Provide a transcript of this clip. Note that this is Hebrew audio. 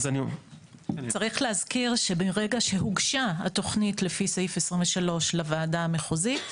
צריך להזכיר שברגע שהוגשה התוכנית לפי סעיף 23 לוועדה המחוזית,